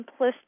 simplistic